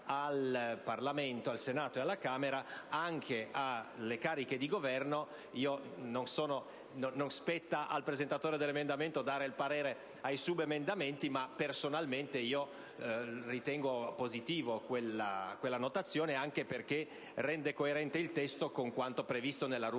al Parlamento (al Senato e alla Camera) anche alle cariche di governo. Non spetta al presentatore dell'emendamento esprimere il parere sui subemendamenti, ma personalmente ritengo positiva quella notazione, anche perché rende coerente il testo con quanto previsto nella rubrica